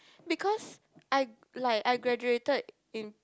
because I like I graduated in